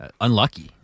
unlucky